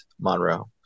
monroe